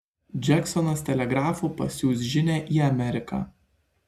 džeksonas telegrafu pasiųs žinią į ameriką